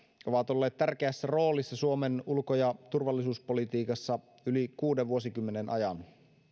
ovat olleet tärkeässä roolissa suomen ulko ja turvallisuuspolitiikassa yli kuuden vuosikymmenen ajan